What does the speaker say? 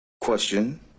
question